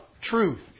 Truth